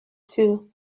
too